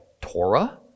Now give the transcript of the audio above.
Torah